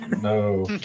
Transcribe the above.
no